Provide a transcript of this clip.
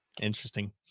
interesting